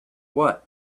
what